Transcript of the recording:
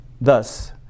Thus